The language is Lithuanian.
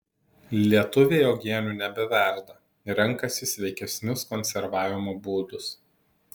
lietuviai uogienių nebeverda renkasi sveikesnius konservavimo būdus